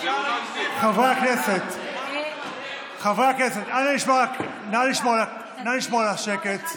חברי הכנסת, נא לשמור על השקט.